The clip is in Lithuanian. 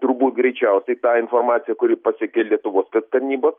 turbūt greičiausiai ta inormacija kuri pasiekė lietuvos tas tarnybas